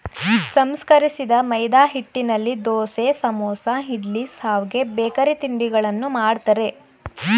ಸಂಸ್ಕರಿಸಿದ ಮೈದಾಹಿಟ್ಟಿನಲ್ಲಿ ದೋಸೆ, ಸಮೋಸ, ಇಡ್ಲಿ, ಶಾವ್ಗೆ, ಬೇಕರಿ ತಿಂಡಿಗಳನ್ನು ಮಾಡ್ತರೆ